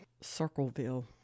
Circleville